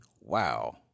Wow